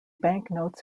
banknotes